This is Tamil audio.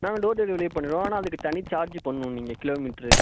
நாங்கள் டோர் டெலிவெரியே பண்ணிவிடுவோம் ஆனால் அதுக்கு தனி சார்ஜி பண்ணணும் நீங்கள் கிலோமீட்டரு